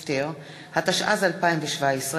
בשבט התשע"ז, 6 בפברואר